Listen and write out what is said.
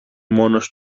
μόνος